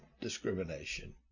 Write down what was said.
discrimination